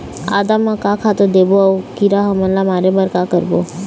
आदा म का खातू देबो अऊ कीरा हमन ला मारे बर का करबो?